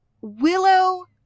Willow